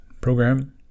program